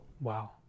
Wow